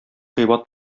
кыйбат